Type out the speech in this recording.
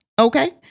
Okay